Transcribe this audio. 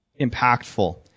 impactful